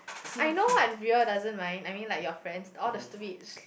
I know I real doesn't like I mean like your friends all the stupid